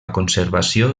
conservació